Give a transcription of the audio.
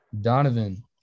Donovan